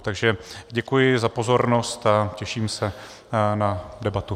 Takže děkuji za pozornost a těším se na debatu.